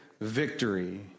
victory